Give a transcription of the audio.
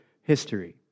history